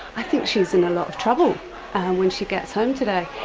i think she's in a lot of trouble when she gets home today.